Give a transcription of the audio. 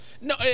No